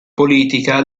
politica